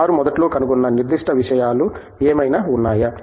వారు మొదట్లో కనుగొన్న నిర్దిష్ట విషయాలు ఏమైనా ఉన్నాయా